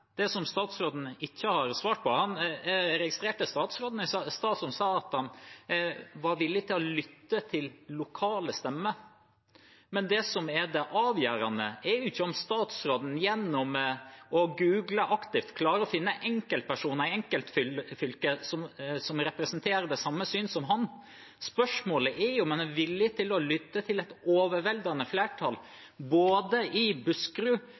Det som statsråden ikke har svart på – jeg registrerte at statsråden sa at han var villig til å lytte til lokale stemmer, men det avgjørende er jo ikke om statsråden gjennom å google aktivt klarer å finne enkeltpersoner i enkeltfylker som representerer det samme syn som han. Spørsmålet er om han er villig til å lytte til et overveldende flertall i både Buskerud,